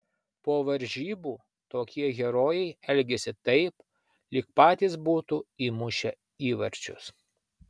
po varžybų tokie herojai elgiasi taip lyg patys būtų įmušę įvarčius